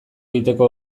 egiteko